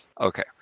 Okay